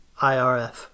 IRF